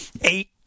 eight